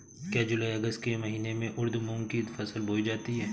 क्या जूलाई अगस्त के महीने में उर्द मूंग की फसल बोई जाती है?